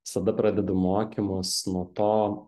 visada pradedu mokymus nuo to